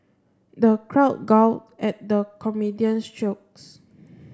the crowd guffawed at the comedian's jokes